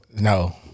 No